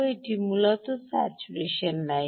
এটি মূলত saturation line